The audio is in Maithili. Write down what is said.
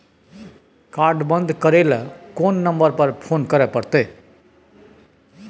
कार्ड बन्द करे ल कोन नंबर पर फोन करे परतै?